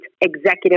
executive